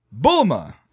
Bulma